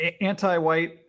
Anti-white